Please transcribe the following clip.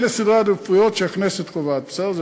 אלה סדרי העדיפויות שהכנסת קובעת, בסדר?